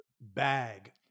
bag